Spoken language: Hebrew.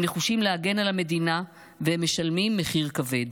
הם נחושים להגן על המדינה, והם משלמים מחיר כבד: